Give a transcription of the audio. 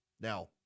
Now